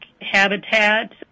habitat